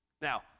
Now